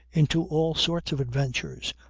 into all sorts of adventures,